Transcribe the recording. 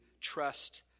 trust